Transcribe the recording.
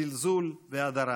זלזול והדרה.